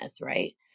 right